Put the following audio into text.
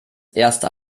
erster